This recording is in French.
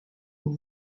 nous